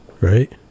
right